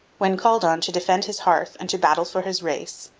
when called on to defend his hearth and to battle for his race,